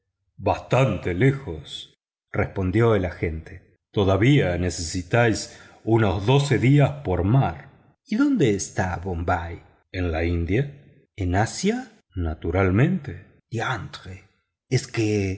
bastante lejos respondió el agente todavía necesitáis unos doce días por mar y dónde está bombay en la india en asia naturalmente diantre es que